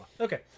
Okay